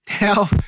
Now